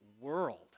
world